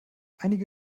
einige